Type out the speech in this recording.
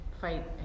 fight